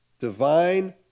Divine